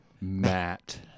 Matt